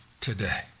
today